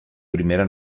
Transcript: primera